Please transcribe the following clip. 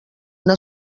una